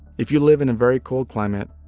if you're live in and very cold climates,